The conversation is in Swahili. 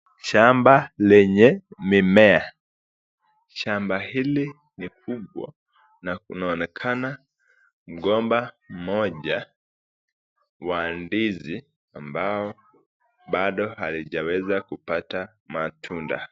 Shamba lenye mimea .Shamba hili ni kubwa unaonekana mgomba mmoja wa ndizi ambao bado halijaweza Kupata matunda.